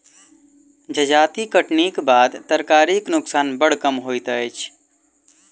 जजाति कटनीक बाद तरकारीक नोकसान बड़ कम होइत अछि